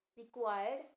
required